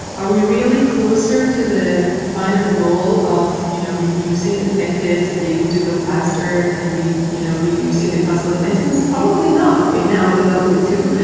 are we really closer to the final goal of you know reducing the tech debt to be able to go faster and you know reducing the cost of maintenance? probably not. we now ended up with two.